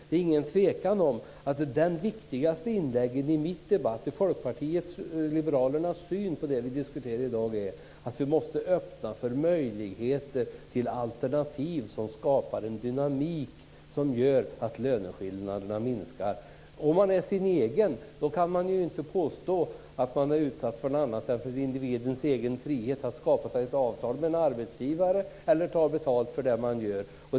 Det är ingen tvekan om att det viktigaste i Folkpartiet liberalernas syn på det vi diskuterar i dag är att vi måste öppna möjligheter till alternativ, som skapar en dynamik som gör att löneskillnaderna minskar. Om man är sin egen kan man inte påstå att man är utsatt för något annat än individens egen frihet att skapa ett avtal med en arbetsgivare eller ta betalt för det man gör.